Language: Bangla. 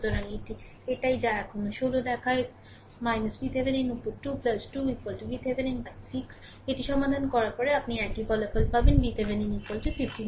সুতরাং এটি এটাই যা এখনও 16 দেখায় VThevenin উপর 2 2 VThevenin উপর 6 এটি সমাধান করার পরে আপনি একই ফলাফল পাবেন VThevenin 15 ভোল্ট